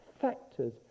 factors